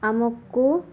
ଆମକୁ